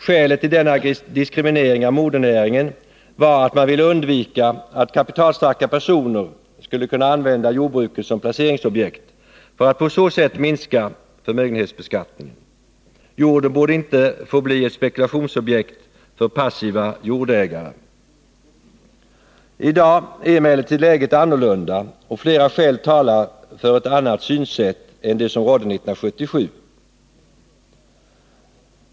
Skälet till denna diskriminering av modernäringen var att man ville undvika att kapitalstarka personer skulle kunna använda jordbruken som placeringsobjekt för att på så sätt minska förmögenhetsbeskattningen. Jorden borde inte få bli ett spekulationsobjekt för passiva jordägare. I dag är emellertid läget annorlunda, och flera skäl talar för ett annat synsätt än det som rådde 1977.